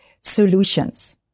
solutions